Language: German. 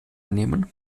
nehmen